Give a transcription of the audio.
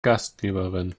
gastgeberin